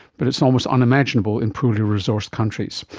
but it's almost unimaginable in poorly resourced countries.